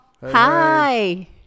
Hi